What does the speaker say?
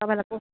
तपाईँलाई को